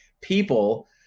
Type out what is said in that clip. people